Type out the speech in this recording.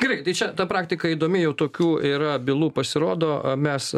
gerai tai čia ta praktika įdomi jau tokių yra bylų pasirodo mes